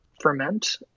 ferment